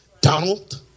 Donald